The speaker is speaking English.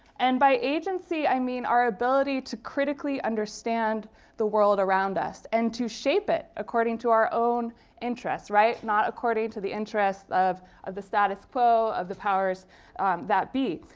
and by agency, i mean our ability to critically understand the world around us. and to shape it according to our own interests. right? not according to the interests of of the status quo, of the powers that be.